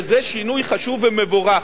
וזה שינוי חשוב ומבורך.